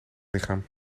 lichaam